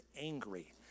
angry